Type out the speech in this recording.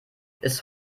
ist